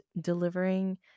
delivering